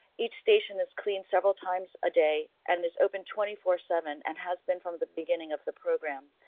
each station is cleaned several times a day and is open twenty four seven and has been from the beginning of the program.